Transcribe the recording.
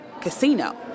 Casino